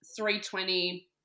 320